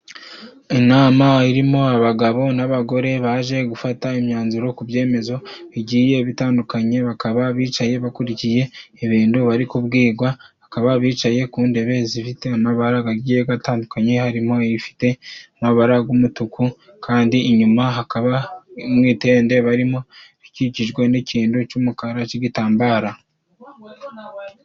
Inama irimo abagabo n'abagore baje gufata imyanzuro ku byemezo bigiye bitandukanye, bakaba bicaye bakurikiye ibindu bari kubwigwa bakaba bicaye ku ndebe zifite amabara gagiye gatandukanye harimo ifite amabara g'umutuku, kandi inyuma hakaba mu itende barimo rikikijwe n'ikindu c'umukara c'igitambara.